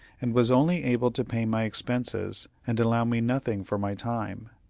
and was only able to pay my expenses, and allow me nothing for my time.